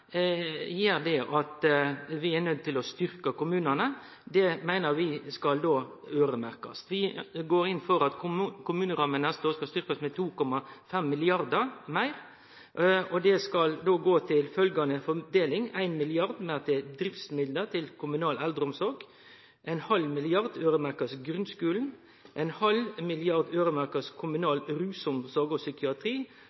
gjer at vi er nøydde til å styrkje kommunane, og det meiner vi skal øyremerkast. Vi går inn for at kommunerammene neste år skal styrkjast med 2,5 mrd. kr meir, og det skal gå til følgjande fordeling: 1 mrd. kr til driftsmidlar til kommunal eldeomsorg, 0,5 mrd. kr skal øyremerkast grunnskulen,